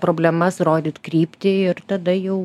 problemas rodyt kryptį ir tada jau